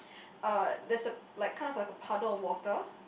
uh there's a like kind of like a puddle of water